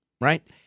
right